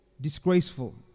Disgraceful